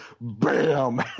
bam